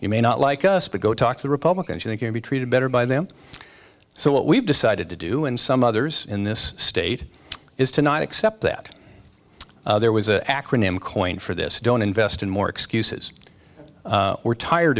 you may not like us but go talk to republicans and they can be treated better by them so what we've decided to do and some others in this state is to not accept that there was an acronym coined for this don't invest in more excuses we're tired